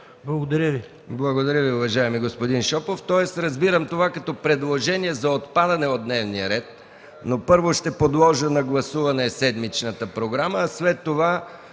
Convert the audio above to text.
Благодаря Ви,